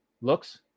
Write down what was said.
looks